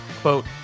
quote